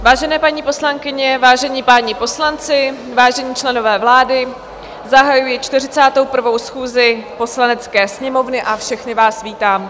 Vážené paní poslankyně, vážení páni poslanci, vážení členové vlády, zahajuji 41. schůzi Poslanecké sněmovny a všechny vás vítám.